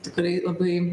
tikrai labai